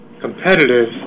competitive